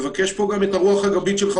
מזה.